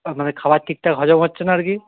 মানে খাবার ঠিকঠাক হজম হচ্ছে না আর কি